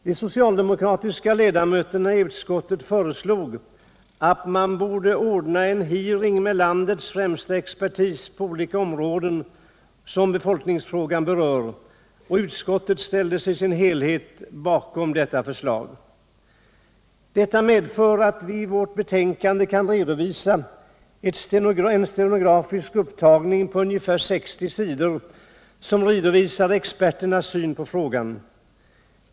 De socialdemokratiska ledamöterna i utskottet föreslog att man borde ordna en hearing med landets främsta expertis på olika områden som befolkningsfrågan berör, och utskottet ställde sig i sin helhet bakom detta förslag. Detta medförde att vi i vårt betänkande kan redovisa ett stenografiskt protokoll på ungefär 60 sidor som redovisar experternas syn på frågan.